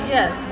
Yes